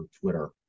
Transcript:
Twitter